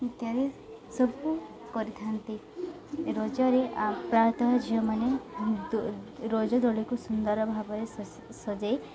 ଇତ୍ୟାଦି ସବୁ କରିଥାନ୍ତି ରଜରେ ଆ ପ୍ରାୟତଃ ଝିଅମାନେ ରଜ ଦୋଳିକୁ ସୁନ୍ଦର ଭାବରେ ସ ସଜେଇ